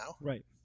Right